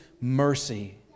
mercy